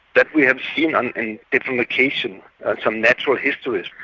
that we have seen um in different locations and some natural histories,